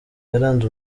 yaranze